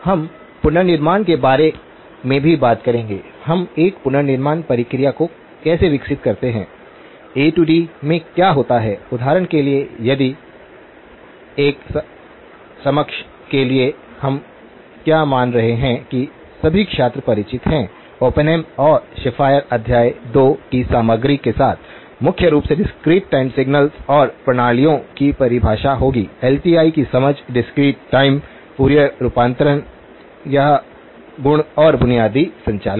हम एक पुनर्निर्माण के बारे में भी बात करेंगे हम एक पुनर्निर्माण प्रक्रिया को कैसे विकसित करते हैं डी एDA में क्या होता है उदाहरण के लिए यदि एक समझ के लिए हम क्या मान रहे हैं कि सभी छात्र परिचित हैं ओप्पेनहेम और शेफ़र अध्याय 2 की सामग्री के साथ मुख्य रूप से डिस्क्रीट टाइम सिग्नल्स और प्रणालियों की परिभाषा होगी एलटीआई की समझ डिस्क्रीट टाइम फूरियर रूपांतरण यह गुण और बुनियादी संचालन